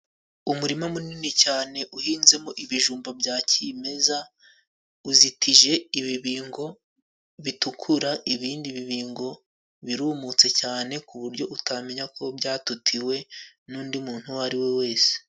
Umurima munini cyane uhinzemo ibijumba bya kimeza, uzitije ibibingo bitukura ibindi bibingo birumutse cyane ku buryo utamenya ko byatutiwe n'undi muntu uwo ari we wese.